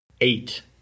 eight